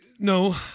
No